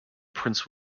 prince